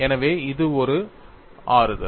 எனவே அது ஒரு ஆறுதல்